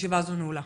הישיבה הזו נעולה